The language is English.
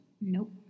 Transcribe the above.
Nope